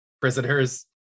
prisoners